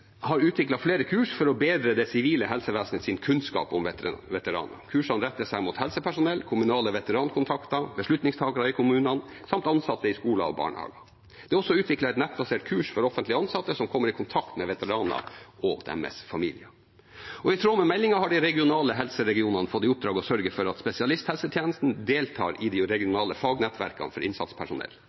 har utviklet flere kurs for å bedre det sivile helsevesenets kunnskap om veteranene. Kursene retter seg mot helsepersonell, kommunale veterankontakter, beslutningstakere i kommunene samt ansatte i skoler og barnehager. Det er også utviklet et nettbasert kurs for offentlig ansatte som kommer i kontakt med veteraner og deres familier. I tråd med meldingen har de regionale helseregionene fått i oppdrag å sørge for at spesialisthelsetjenesten deltar i de regionale fagnettverkene for innsatspersonell.